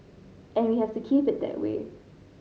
and we have to keep it that way